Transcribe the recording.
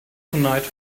tonight